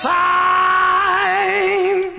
time